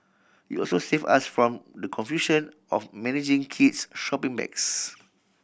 it also save us from the confusion of managing kids shopping bags